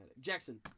Jackson